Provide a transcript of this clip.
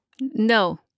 No